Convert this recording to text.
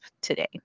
today